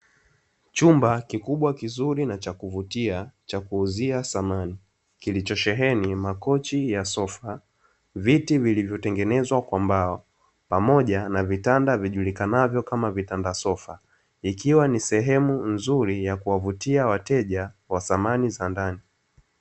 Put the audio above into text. Chumba kikubwa, kizuri, na cha kuvutia cha kuuzia samani, kilichosheheni makochi ya sofa, viti vilivyotengenezwa kwa mbao, pamoja na vitanda vijulikanavyo kama vitanda sofa, ikiwa ni sehemu nzuri ya kuwavutia wateja wa samani za ndani.